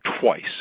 twice